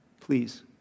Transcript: please